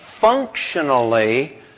functionally